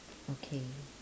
okay